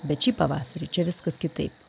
bet šį pavasarį čia viskas kitaip